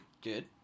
Good